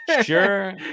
Sure